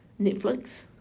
Netflix